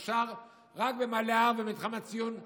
כאשר אפשר רק במעלה ההר במתחמי ציון 16,000?